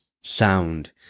sound